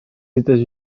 états